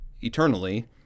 eternally